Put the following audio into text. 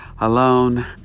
alone